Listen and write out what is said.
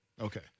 Okay